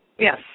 Yes